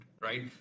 right